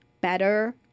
better